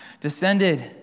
descended